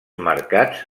mercats